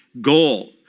goal